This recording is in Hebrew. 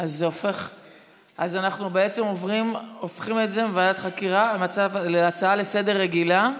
אז אנחנו הופכים את זה מוועדת חקירה להצעה רגילה לסדר-היום,